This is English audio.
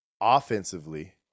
Offensively